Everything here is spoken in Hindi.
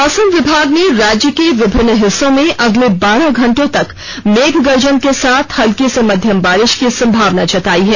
मौसम विभाग ने राज्य के विभिन्न हिस्सों में अगले बारह घंटों तक मेघ गर्जन के साथ हल्की से मध्यम बारिश की संभावना जतायी है